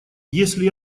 если